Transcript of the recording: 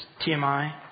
TMI